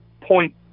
point